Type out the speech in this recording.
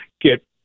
get